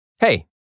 Hey